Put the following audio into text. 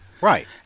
Right